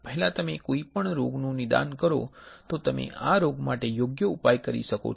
પહેલાં તમે કોઈ પણ રોગનું નિદાન કરો તો તમે આ રોગ માટે યોગ્ય ઉપાય કરી શકો છો